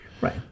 Right